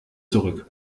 zurück